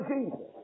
Jesus